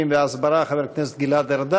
יעל כהן-פארן,